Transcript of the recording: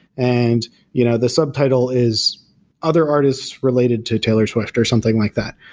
and you know the subtitle is other artists related to taylor swift or something like that.